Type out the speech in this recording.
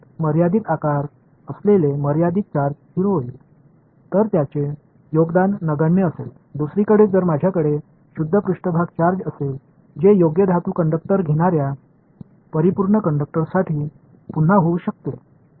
மறுபுறம் எனக்கு ஒரு தூய்மையான மேற்பரப்பு சார்ஜ் இருந்தால் அது ஒரு உலோகக் கடத்தியை எடுக்கும் சரியான கடத்தியை போல மீண்டும் நிகழக்கூடும் அதன் மீது சார்ஜ் போடப்படுகிறது ஒரு சார்ஜ் மேற்பரப்பு மட்டுமே வாழ்கிறது